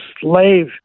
slave